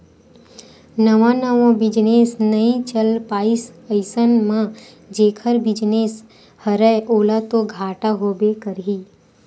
नवा नवा बिजनेस नइ चल पाइस अइसन म जेखर बिजनेस हरय ओला तो घाटा होबे करही